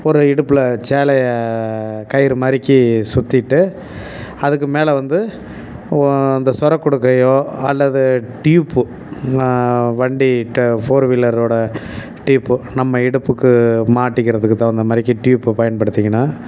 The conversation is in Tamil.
ஒரு இடுப்பில் சேலையை கயிறு மாதிரிக்கி சுத்திட்டு அதுக்கு மேலே வந்து இந்த சொரக்குடுக்கையோ அல்லது ட்யூப்பு வண்டிட ஃபோர் வீலரோட ட்யூப்பு நம்ம இடுப்புக்கு மாட்டிக்கிறதுக்கு தகுந்தமாதிரிக்கி ட்யூப்பு பயன்படுத்திக்கினால்